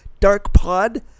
DARKPOD